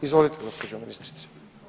Izvolite gospođo ministrice.